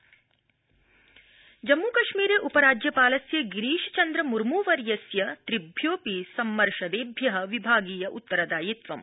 जम्मूकश्मीरं सम्मर्शदा जम्मूकश्मीरे उपराज्यपालस्य गिरिश चन्द्र मूर्म वर्यस्य त्रिभ्योऽपि सम्मर्शदेभ्य विभागीय उत्तरदयित्वम्